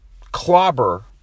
clobber